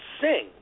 sing